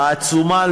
העצומה,